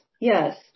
yes